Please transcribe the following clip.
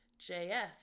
JS